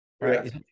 right